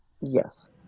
Yes